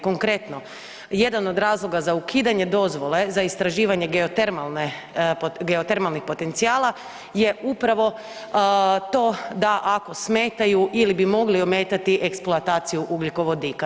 Konkretno, jedan od razloga za ukidanje dozvole za istraživanje geotermalnih potencijala je upravo to da ako smetaju ili bi mogle ometati eksploataciju ugljikovodika.